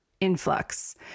Influx